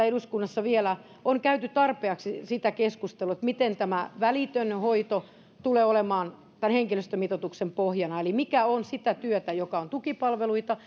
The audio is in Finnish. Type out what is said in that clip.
eduskunnassa on vielä käyty tarpeeksi sitä keskustelua miten tämä välitön hoito tulee olemaan henkilöstömitoituksen pohjana eli mikä on sitä työtä joka on tukipalveluita